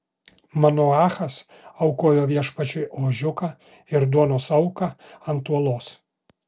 manoachas aukojo viešpačiui ožiuką ir duonos auką ant uolos